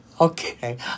Okay